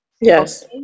yes